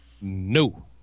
no